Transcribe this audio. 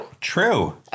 True